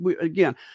again